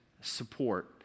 support